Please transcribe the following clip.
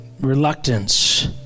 reluctance